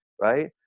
right